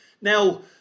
Now